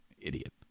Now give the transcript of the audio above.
idiot